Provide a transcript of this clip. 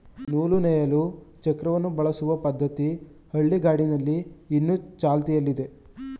ನೂಲು ನೇಯಲು ಚಕ್ರವನ್ನು ಬಳಸುವ ಪದ್ಧತಿ ಹಳ್ಳಿಗಾಡಿನಲ್ಲಿ ಇನ್ನು ಚಾಲ್ತಿಯಲ್ಲಿದೆ